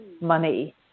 money